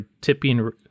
tipping